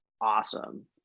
awesome